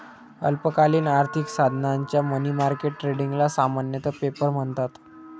अल्पकालीन आर्थिक साधनांच्या मनी मार्केट ट्रेडिंगला सामान्यतः पेपर म्हणतात